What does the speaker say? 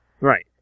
Right